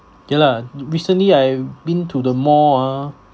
ya lah recently I've been to the mall ah